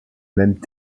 même